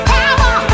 Power